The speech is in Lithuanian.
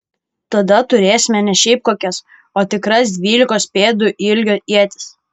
tada turėsime ne šiaip kokias o tikras dvylikos pėdų ilgio ietis